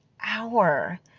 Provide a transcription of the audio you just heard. hour